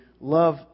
love